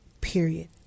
period